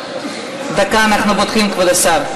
דקה, אנחנו בודקים, כבוד השר.